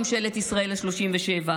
ממשלת ישראל השלושים-ושבע,